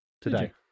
today